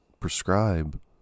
prescribe